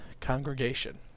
congregation